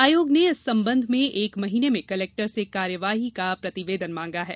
आयोग ने इस संबंध में एक महीने में कलेक्टर से कार्यवाही का प्रतिवेदन मांगा है